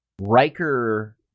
Riker